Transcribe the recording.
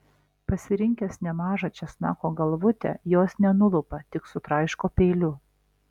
pasirinkęs nemažą česnako galvutę jos nenulupa tik sutraiško peiliu